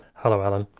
hello, alan.